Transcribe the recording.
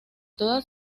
toda